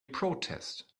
protest